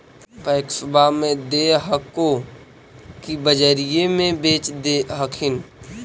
पैक्सबा मे दे हको की बजरिये मे बेच दे हखिन?